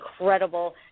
incredible